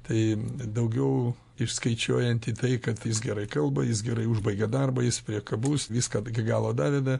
tai daugiau išskaičiuojant į tai kad jis gerai kalba jis gerai užbaigia darbą jis priekabus viską ad iki galo daveda